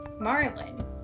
Marlin